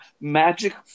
magic